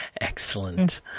excellent